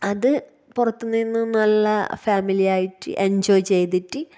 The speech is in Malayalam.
അത് പുറത്ത്നിന്നും നല്ല ഫാമിലിയായിട്ട് എന്ജോയ് ചെയ്തിട്ട്